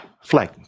flag